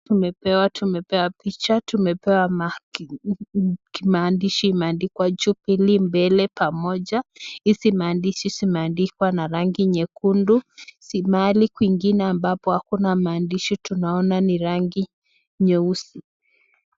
Tumepewa, tumepewa picha tumepewa maandishi imeandikwa JUBILEE Mbele Pamoja. Hizi maandishi zimeandikwa na rangi nyekundu, mahali kwingine ambapo hakuna maandishi tunaona ni rangi nyeusi.